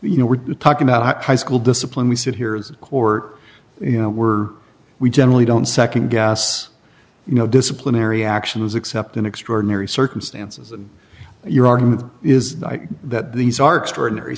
you know we're talking about high school discipline we sit here or you know we're we generally don't nd guess you know disciplinary actions except in extraordinary circumstances and your argument is that these are extraordinary